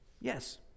yes